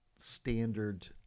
Standard